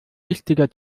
wichtiger